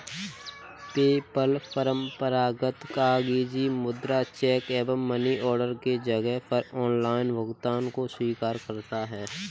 PayPal परंपरागत कागजी मुद्रा, चेक एवं मनी ऑर्डर के जगह पर ऑनलाइन भुगतान को स्वीकार करता है